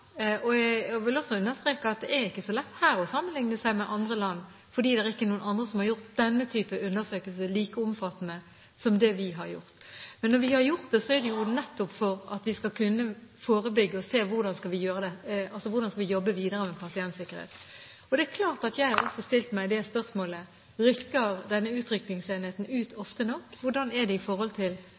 tall. Jeg vil også understreke at det her ikke er så lett å sammenligne seg med andre land, for det er ikke noen andre som har gjort denne type undersøkelser like omfattende som det vi har gjort. Men når vi har gjort det, er det nettopp for at vi skal kunne forebygge og se hvordan vi skal jobbe videre med pasientsikkerhet. Det er klart at jeg også har stilt meg spørsmålet: Rykker denne utrykningsenheten ut ofte nok? Hvordan er det i forhold til